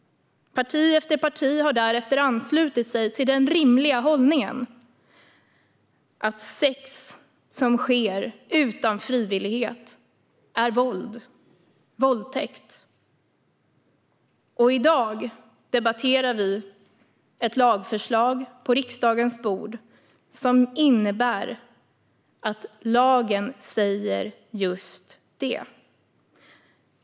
Parti efter parti har därefter anslutit sig till den rimliga hållningen att sex som sker utan frivillighet är våld, våldtäkt. I dag debatterar vi ett lagförslag på riksdagens bord som innebär att lagen säger just det.